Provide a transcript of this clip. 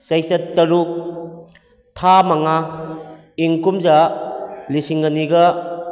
ꯆꯩꯆꯠ ꯇꯔꯨꯛ ꯊꯥ ꯃꯉꯥ ꯏꯪ ꯀꯨꯝꯖꯥ ꯂꯤꯁꯤꯡ ꯑꯅꯤꯒ